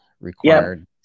required